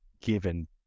given